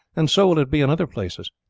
and so will it be in other places.